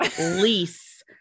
lease